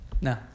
no